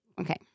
Okay